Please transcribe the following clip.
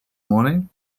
morning